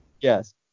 Yes